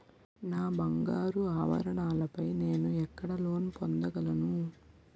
నా బంగారు ఆభరణాలపై నేను ఎక్కడ లోన్ పొందగలను?